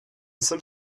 some